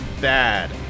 bad